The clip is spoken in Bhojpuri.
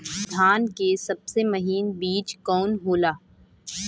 धान के सबसे महीन बिज कवन होला?